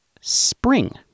spring